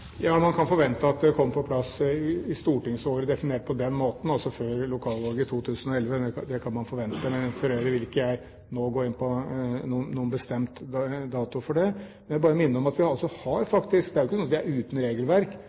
Ja, man kan forvente at det kommer på plass i stortingsåret definert på den måten, altså før lokalvalget i 2011. Det kan man forvente, men for øvrig vil ikke jeg gå inn på noen bestemt dato for det. Jeg vil bare minne om at det er ikke slik at vi er uten regelverk,